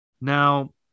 Now